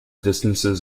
distances